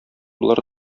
болар